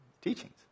teachings